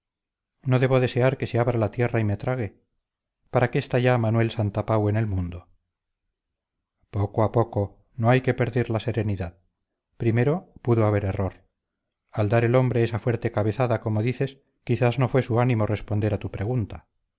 no debo desear que se abra la tierra y me trague para qué está ya manuel santapau en el mundo poco a poco no hay que perder la serenidad primero pudo haber error al dar el hombre esa fuerte cabezada como dices quizás no fue su ánimo responder a tu pregunta